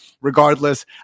Regardless